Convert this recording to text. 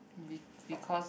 be because